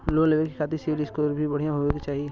Loan लेवे के खातिन सिविल स्कोर भी बढ़िया होवें के चाही?